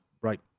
right